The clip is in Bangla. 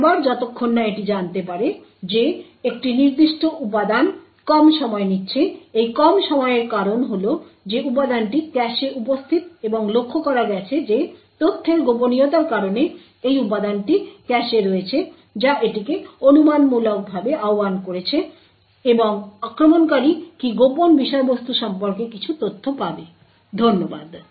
বারবার যতক্ষণ না এটি জানতে পারে যে একটি নির্দিষ্ট উপাদান কম সময় নিচ্ছে এই কম সময়ের কারণ হল যে উপাদানটি ক্যাশে উপস্থিত এবং লক্ষ্য করা গেছে যে তথ্যের গোপনীয়তার কারণে এই উপাদানটি ক্যাশে রয়েছে যা এটিকে অনুমানমূলকভাবে আহ্বান করেছে এবং আক্রমণকারী কি গোপন বিষয়বস্তু সম্পর্কে কিছু তথ্য পাবে ধন্যবাদ